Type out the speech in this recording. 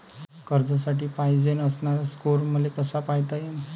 कर्जासाठी पायजेन असणारा स्कोर मले कसा पायता येईन?